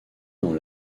dans